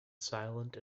silent